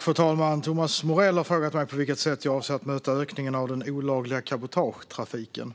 Fru talman! Thomas Morell har frågat mig på vilka sätt jag avser att möta ökningen av den olagliga cabotagetrafiken.